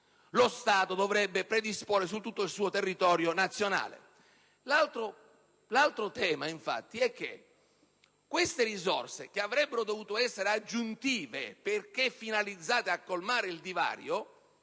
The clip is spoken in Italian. lo Stato dovrebbe predisporre su tutto il suo territorio nazionale.